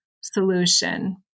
solution